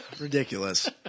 Ridiculous